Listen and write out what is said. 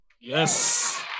Yes